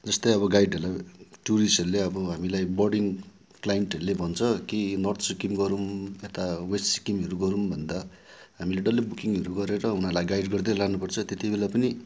जस्तै अब गाइडहरूलाई टुरिस्टहरूले अब हामीलाई अब बोर्डिङ क्लाइन्टहरूले भन्छ कि नर्थ सिक्किम गरौँ यता वेस्ट सिक्किमहरू गरौँ भन्दा हामीले डल्लै बुकिङहरू गरेर उनीहरूलाई गाइड गर्दै लानु पर्छ त्यति बेला पनि